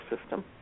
system